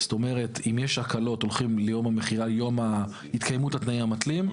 אם יש הקלות הולכים להתקיימות התנאים המתלים,